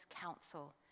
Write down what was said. Council